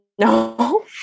No